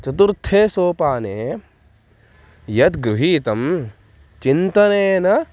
चतुर्थे सोपाने यद् गृहीतं चिन्तनेन